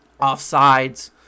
offsides